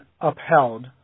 upheld